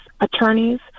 attorneys